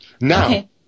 Now